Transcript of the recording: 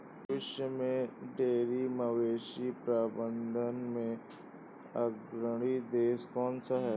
विश्व में डेयरी मवेशी प्रबंधन में अग्रणी देश कौन सा है?